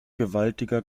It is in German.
gewaltiger